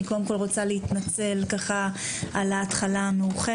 אני, קודם כול, רוצה להתנצל על התחלה המאוחרת.